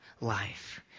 life